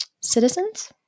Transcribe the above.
citizens